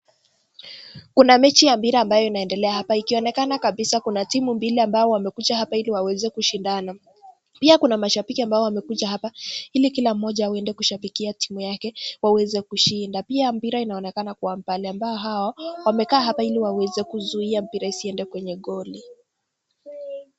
Kuna mechi ya mpira ambayo inaendelea hapa. Ikionekana kabisa kuna timu mbili ambao wamekuja hapa ili waweze kushindana. Pia kuna mashabiki ambao wamekuja hapa ili kila mmoja aweze kushabikia timu yake waweze kushinda. Pia mpira inaonekana kuwa mpira ambao hao wamekaa hapa ili waweze kuzuia mpira isiende kwenye goli.